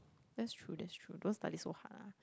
that's true that's true don't study so hard ah